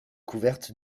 couvertes